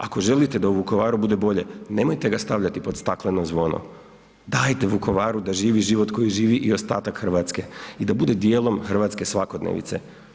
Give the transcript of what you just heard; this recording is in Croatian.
Ako želite da u Vukovaru bude bolje, nemojte ga stavljati pod stakleno zvono, dajte Vukovaru da živi život koji živi i ostatak Hrvatske i da bude dijelom hrvatske svakodnevice.